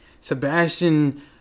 Sebastian